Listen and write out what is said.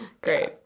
Great